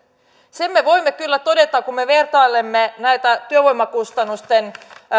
sen me voimme kyllä todeta kun me vertailemme näitä työvoimakustannusten